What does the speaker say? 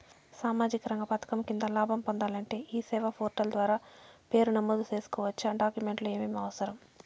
సామాజిక రంగ పథకం కింద లాభం పొందాలంటే ఈ సేవా పోర్టల్ ద్వారా పేరు నమోదు సేసుకోవచ్చా? డాక్యుమెంట్లు ఏమేమి అవసరం?